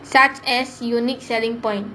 such as unique selling point